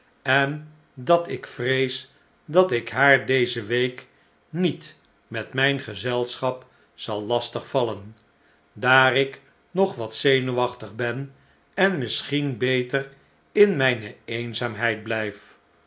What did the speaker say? en datik vrees dat ik haar deze week niet met mijn gezelschap zal lastig vallen daar ik nog wat zenuwachtig ben en misschien beter in mijne eenzaamheid blijf